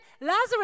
Lazarus